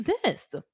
exist